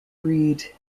breed